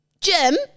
Jim